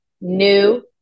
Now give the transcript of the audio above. new